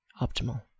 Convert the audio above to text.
optimal